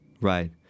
right